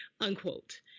unquote